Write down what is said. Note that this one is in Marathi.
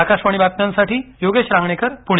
आकाशवाणीच्या बातम्यांसाठी योगेश रांगणेकर पुणे